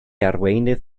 arweinydd